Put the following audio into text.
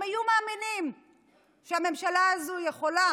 אם היו מאמינים שהממשלה הזו יכולה